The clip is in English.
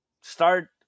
Start